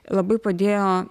labai padėjo